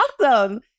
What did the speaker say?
awesome